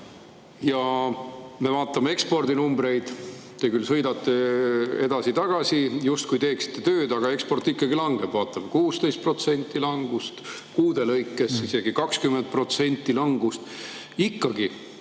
langeb. Vaatame ekspordinumbreid. Te küll sõidate edasi-tagasi, justkui teeksite tööd, aga eksport langeb: 16% langust kuude lõikes, isegi 20% langust. Ikkagi,